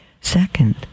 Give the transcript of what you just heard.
Second